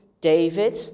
David